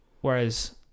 whereas